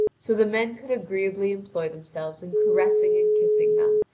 so the men could agreeably employ themselves in caressing and kissing them,